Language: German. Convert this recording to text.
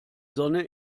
sonne